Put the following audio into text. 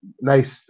Nice